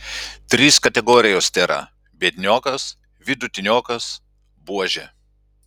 trys kategorijos tėra biedniokas vidutiniokas buožė